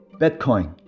Bitcoin